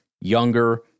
younger